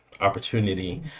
opportunity